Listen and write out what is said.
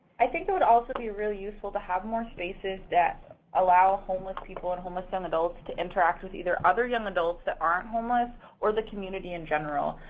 i think it would also be really useful to have more spaces that allow homeless people and homeless young adults to interact with either other young adults that aren't homeless or the community in general.